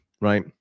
right